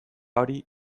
hori